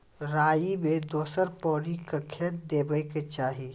राई मे दोसर पानी कखेन देबा के चाहि?